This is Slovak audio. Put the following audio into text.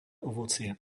ovocie